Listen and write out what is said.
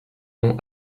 nom